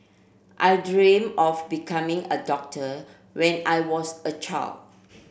I dream of becoming a doctor when I was a child